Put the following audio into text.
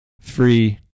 free